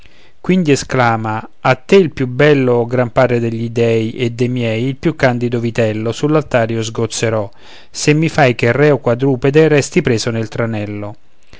quindi esclama a te il più bello o gran padre degli dèi e de miei il più candido vitello sull'altare io sgozzerò se mi fai che il reo quadrupede resti preso nel tranello